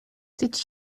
did